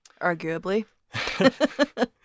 arguably